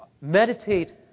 meditate